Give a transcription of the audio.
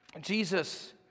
Jesus